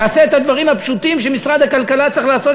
תעשה את הדברים הפשוטים שמשרד העבודה צריך לעשות,